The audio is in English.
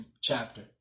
chapter